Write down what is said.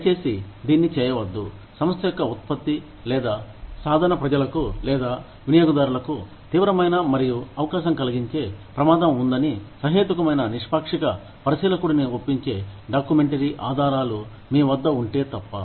దయచేసి దీన్ని చేయవద్దు సంస్థ యొక్క ఉత్పత్తి లేదా సాధన ప్రజలకు లేదా వినియోగదారులకు తీవ్రమైన మరియు అవకాశం కలిగించే ప్రమాదం ఉందని సహేతుకమైన నిష్పాక్షిక పరిశీలకుడిని ఒప్పించే డాక్యుమెంటరీ ఆధారాలు మీ వద్ద ఉంటే తప్ప